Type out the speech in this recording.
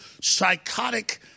psychotic